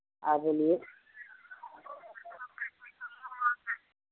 हाँ बोलिए